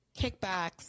kickbacks